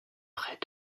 près